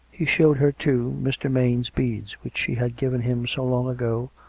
he showed her, too, mr. maine's beads which she had given him so long ago,